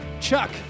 Chuck